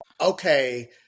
okay